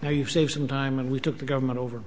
you save some time and we took the government over